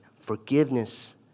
forgiveness